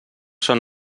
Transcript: són